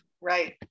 Right